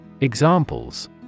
Examples